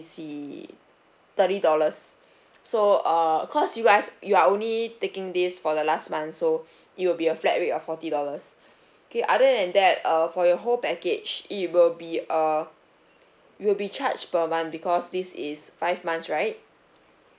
see thirty dollars so err cause you guys you are only taking this for the last month so it will be a flat rate of forty dollars kay~ other than that err for your whole package it will be uh will be charge per month because this is five months right